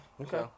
Okay